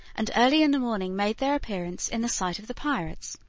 and early in the morning made their appearance in the sight of the pirates.